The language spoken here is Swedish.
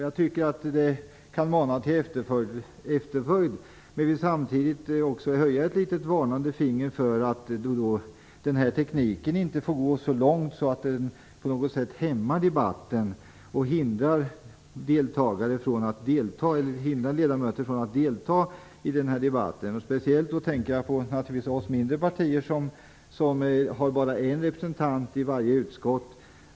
Jag tycker att det manar till efterföljd, men jag vill samtidigt höja ett varnande finger: Den här tekniken får inte drivas så långt att debatten på något sätt hämmas och att ledamöter hindras från att delta i debatten. Speciellt tänker jag då naturligtvis på oss från mindre partier, som bara har en representant i varje utskott.